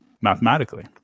mathematically